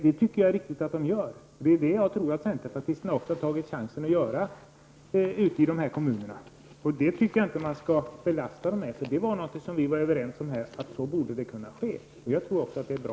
Det tycker jag är riktigt att de gör. Och det är detta som jag tror att centerpartisterna har tagit chansen att göra ute i dessa kommuner. Det tycker jag inte att man skall belasta dem för, eftersom vi var överens om att så borde kunna ske. Och jag tror också att det är bra.